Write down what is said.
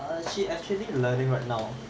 she actually learning right now